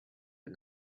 but